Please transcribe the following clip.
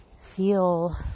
feel